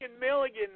Milligan